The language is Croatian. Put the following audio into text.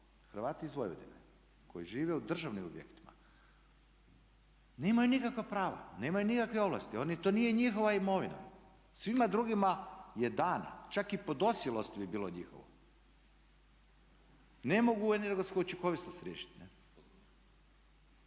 Hrvati iz Vojvodine koji žive u državnim objektima nemaju nikakva prava, nemaju nikakve ovlasti, to nije njihova imovina. Svima drugima je dan, čak i podosilosti bi bilo njihovo. Ne mogu energetsku učinkovitost riješiti.